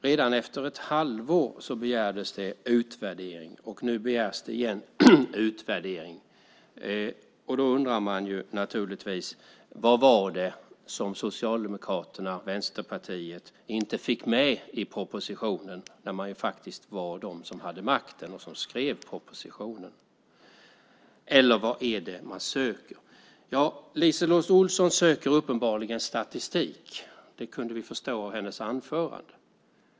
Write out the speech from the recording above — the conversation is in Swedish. Redan efter ett halvår begärdes det utvärdering, och nu begärs det igen utvärdering. Då undrar man naturligtvis vad det var som Socialdemokraterna och Vänsterpartiet inte fick med i propositionen. Det var ju de som hade makten och skrev propositionen. Eller vad är det man söker? LiseLotte Olsson söker uppenbarligen statistik. Det kunde vi förstå av hennes anförande.